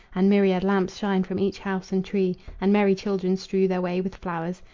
and myriad lamps shine from each house and tree, and merry children strew their way with flowers,